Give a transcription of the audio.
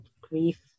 grief